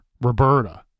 Roberta